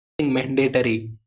mandatory